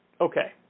Okay